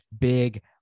big